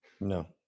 No